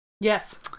Yes